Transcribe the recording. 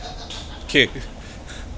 okay